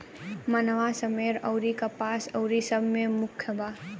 मनवा, सेमर अउरी कपास अउरी सब मे मुख्य बा